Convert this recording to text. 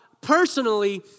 personally